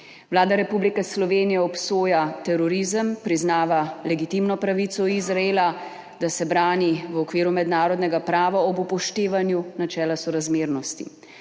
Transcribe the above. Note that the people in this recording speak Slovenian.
Vlada Republike Slovenije obsoja terorizem, priznava legitimno pravico Izraela, da se brani v okviru mednarodnega prava, ob upoštevanju načela sorazmernosti.